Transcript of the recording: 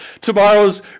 tomorrow's